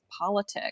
politics